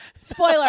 Spoiler